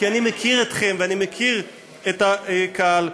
כי אני מכיר אתכם ואני מכיר את הקהל,